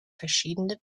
verschiedene